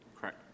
Correct